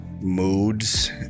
moods